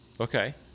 Okay